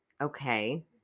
Okay